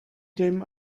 dem